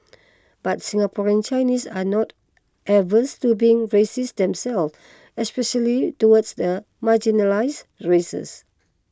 but Singaporean Chinese are not averse to being racist themselves especially towards the marginalised races